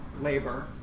labor